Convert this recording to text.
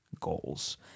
goals